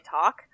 talk